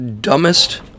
dumbest